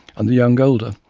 and the young older,